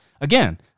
again